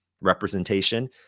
representation